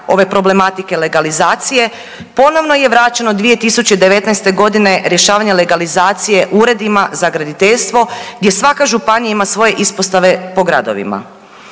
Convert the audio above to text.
ove problematike legalizacije ponovno je vraćeno 2019.g. rješavanje legalizacije uredima za graditeljstvo gdje svaka županija ima svoje ispostave po gradovima.